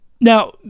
now